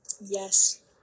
Yes